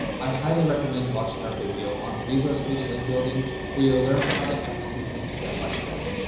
i highly recommend watching our video on resource page link building where you'll learn how to execute this step-by-step.